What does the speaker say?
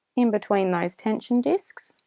in between those tension disks.